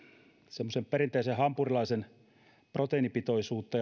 semmoisen perinteisen hampurilaisen proteiinipitoisuutta